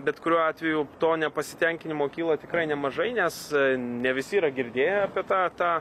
bet kuriuo atveju to nepasitenkinimo kyla tikrai nemažai nes ne visi yra girdėję apie tą tą